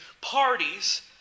parties